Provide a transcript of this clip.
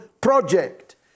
Project